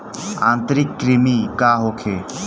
आंतरिक कृमि का होखे?